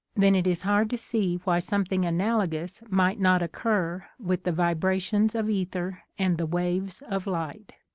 then it is hard to see why something analogous might not occur with the vibrations of ether and the waves of light.